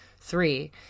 Three